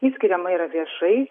ji skiriama yra viešai